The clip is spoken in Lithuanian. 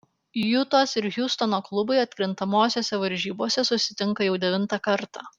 jutos ir hjustono klubai atkrintamosiose varžybose susitinka jau devintą kartą